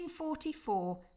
1944